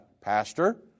Pastor